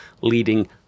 leading